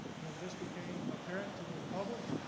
when this became apparent to the public,